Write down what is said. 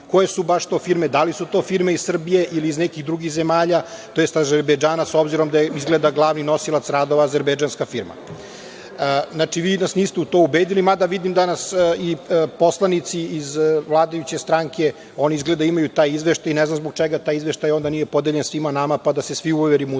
koje su baš to firme, da li su to firme iz Srbije ili iz nekih drugih zemalja, tj. Azerbejdžana, s obzirom, da je izgleda glavni nosilac radova Azerbejdžanska firma. Znači, vi nas niste u to ubedili, mada vidim da nas i poslanici iz vladajuće stranke, oni izgleda imaju taj izveštaj i ne znam zbog čega taj izveštaj nije podeljen svima nama pa da se svi uverimo u to.